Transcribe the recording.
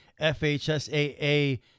FHSAA